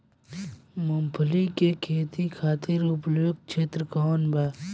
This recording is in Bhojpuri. मूँगफली के खेती खातिर उपयुक्त क्षेत्र कौन वा?